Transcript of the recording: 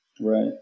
right